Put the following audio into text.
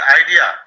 idea